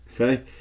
Okay